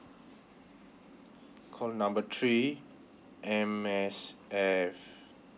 call number three M_S_F